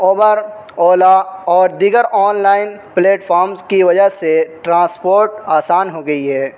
Uber Ola اور دیگر online platforms کی وجہ سے ٹرانسپوٹ آسان ہو گئی ہے